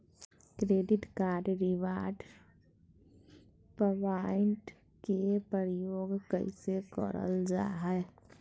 Credit card reward point के प्रयोग कैसे करल जा है?